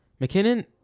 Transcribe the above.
McKinnon